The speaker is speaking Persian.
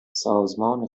سازمان